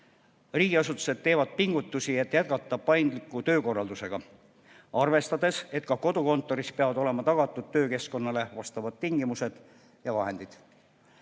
Riigiasutused teevad pingutusi, et jätkata paindliku töökorraldusega, arvestades, et ka kodukontoris peavad olema tagatud töökeskkonnas vajalikud tingimused ja vahendid.